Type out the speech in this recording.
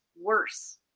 worse